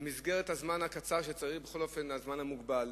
במסגרת הזמן הקצר, הזמן המוגבל,